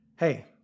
Hey